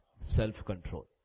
self-control